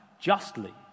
justly